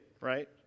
right